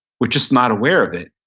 we're just not aware of it.